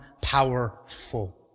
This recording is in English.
powerful